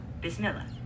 Bismillah